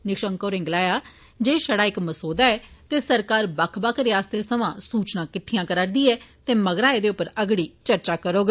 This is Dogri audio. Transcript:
निशंक होरें गलाया जे एह छड़ा इक मसोदा ऐ ते सरकार बक्ख बक्ख रियासतै सवां सुचना कट्टियां करा करदी ऐ ते मगरा ऐदे उप्पर अगड़ी चर्चा करोग